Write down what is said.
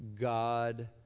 God